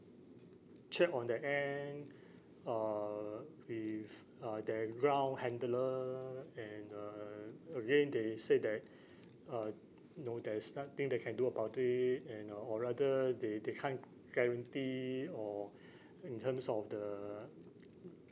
checked on their end uh with uh their ground handler and uh again they said that uh no there is nothing they can do about it and or or rather they they can't guarantee or in terms of the